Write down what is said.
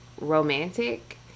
romantic